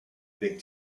big